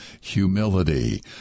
humility